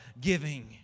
giving